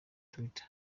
twitter